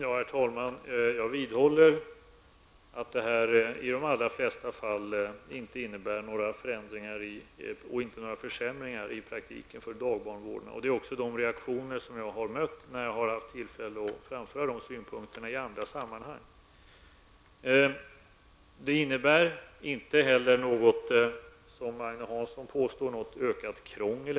Herr talman! Jag vidhåller att det i de allra flesta fall inte innebär någon förändring eller försämring i praktiken för dagbarnvårdarna. Det visar också de reaktioner som jag har mött när jag har haft tillfälle att framföra de synpunkterna i andra sammanhang. Det innebär inte heller, vilket Agne Hansson påstår, ökat krångel.